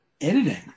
editing